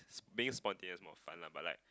being spontaneous more fun lah but like